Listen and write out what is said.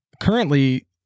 currently